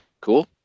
Cool